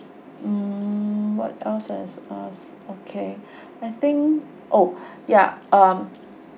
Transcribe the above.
mm what else I've to ask okay I think oh yeah um